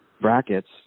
brackets